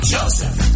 Joseph